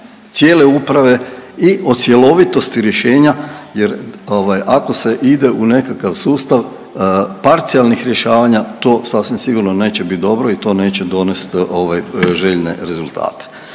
cijele uprave i o cjelovitosti rješenja jer ovaj ako se ide u nekakav sustav parcijalnih rješavanja to sasvim sigurno neće bit dobro i to neće donest ovaj željene rezultate.